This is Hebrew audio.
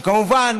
שכמובן